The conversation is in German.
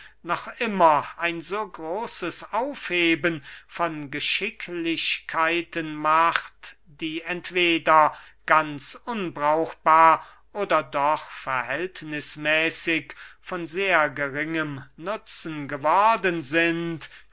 noch immer ein so großes aufheben von geschicklichkeiten macht die entweder ganz unbrauchbar oder doch verhältnismäßig von sehr geringem nutzen geworden sind